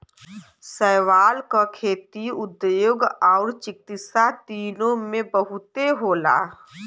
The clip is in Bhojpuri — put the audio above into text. शैवाल क खेती, उद्योग आउर चिकित्सा तीनों में बहुते होला